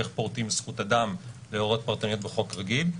איך פורטים זכות אדם להוראות פרטניות בחוק רגיל.